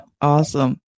awesome